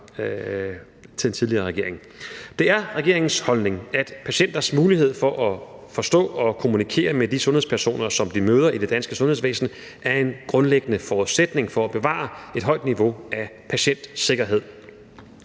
i den tidligere regering. Det er regeringens holdning, at patienters mulighed for at forstå og kommunikere med de sundhedspersoner, som de møder i det danske sundhedsvæsen, er en grundlæggende forudsætning for at bevare et højt niveau af patientsikkerhed,